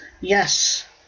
yes